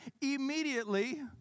immediately